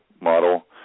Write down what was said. model